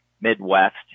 Midwest